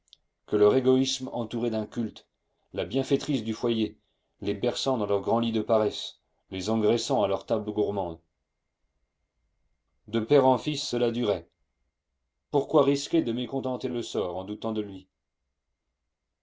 que leur égoïsme entourait d'un culte la bienfaitrice du foyer les berçant dans leur grand lit de paresse les engraissant à leur table gourmande de père en fils cela durait pourquoi risquer de mécontenter le sort en doutant de lui